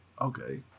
okay